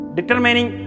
Determining